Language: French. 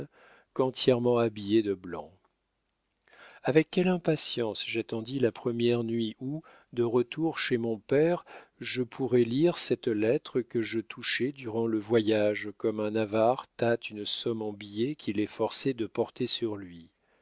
noves qu'entièrement habillé de blanc avec quelle impatience j'attendis la première nuit où de retour chez mon père je pourrais lire cette lettre que je touchais durant le voyage comme un avare tâte une somme en billets qu'il est forcé de porter sur lui